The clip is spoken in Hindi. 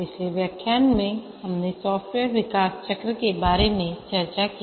पिछले व्याख्यान में हमने सॉफ्टवेयर विकास जीवन चक्र के बारे में चर्चा की